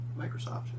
Microsoft